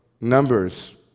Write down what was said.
Numbers